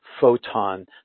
photon